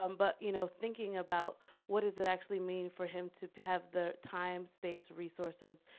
um but you know, thinking about what does it actually mean for him to have the time, space, resources,